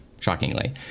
shockingly